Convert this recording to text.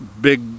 big